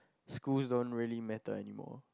school don't really matter anymore